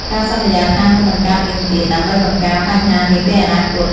ការសន្យាថានឹងមិនកើតមានទៀត ដើម្បីបង្ការបញ្ហានាពេលអនាគត។